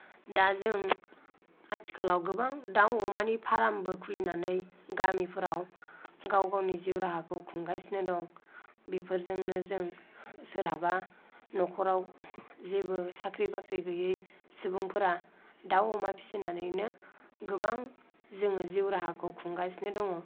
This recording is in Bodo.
दा जों आथिखालाव गोबां दाउ अमानि फार्मबो खुलिनानै गामिफोराव गाव गावनि जिउ राहाखौ खुंगासिनो दं बेफोरजोंनो जों सोरहाबा न'खराव जेबो साख्रि बाख्रि गैयि सुबुंफोरा दाउ अमा फिसिनानैनो गोबां जोङो जिउ राहाखौ खुंगासिनो दङ